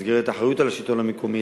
במסגרת האחריות לשלטון המקומי,